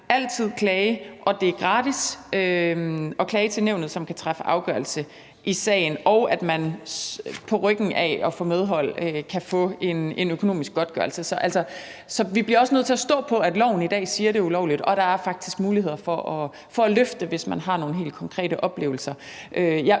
altid kan klage, og at det er gratis at klage til nævnet, som kan træffe afgørelse i sagen, og at man på ryggen af at få medhold kan få en økonomisk godtgørelse. Så vi bliver også nødt til at stå på, at loven i dag siger, at det er ulovligt, og at der faktisk er muligheder for at løfte det, hvis man har nogle helt konkrete oplevelser.